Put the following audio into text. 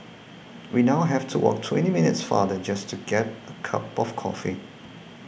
we now have to walk twenty minutes farther just to get a cup of coffee